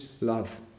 love